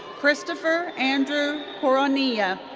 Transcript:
christopher andrew coronilla.